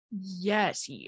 Yes